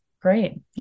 great